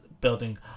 building